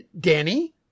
Danny